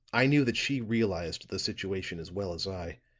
i knew that she realized the situation as well as i,